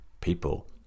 People